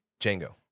Django